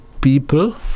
people